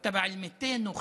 בשפה הערבית,